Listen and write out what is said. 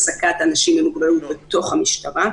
העסקת אנשים עם מוגבלות בתוך המשטרה ,